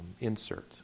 insert